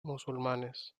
musulmanes